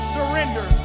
Surrender